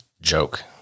joke